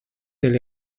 del